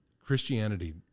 Christianity